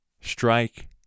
Strike